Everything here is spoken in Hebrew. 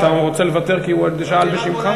אתה רוצה לוותר כי הוא כבר שאל בשמך?